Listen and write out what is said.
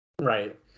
Right